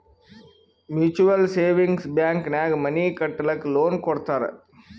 mutual savings bank ನಾಗ್ money ಕಟ್ಟಲಕ್ಕ್ loan ಕೊಡ್ತಾರ್